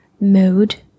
mode